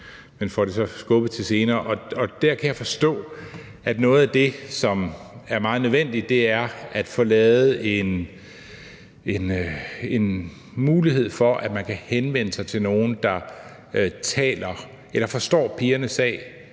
men har fået det skubbet til senere – er, at noget af det, som er meget nødvendigt, er at få lavet en mulighed for, at man kan henvende sig til nogle, der forstår pigernes sag